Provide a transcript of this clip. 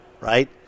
right